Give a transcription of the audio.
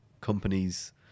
companies